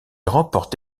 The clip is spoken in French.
remporte